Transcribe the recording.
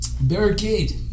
Barricade